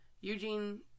Eugene